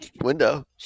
window